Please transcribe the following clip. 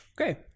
Okay